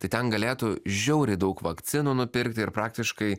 tai ten galėtų žiauriai daug vakcinų nupirkt ir praktiškai